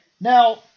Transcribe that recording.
Now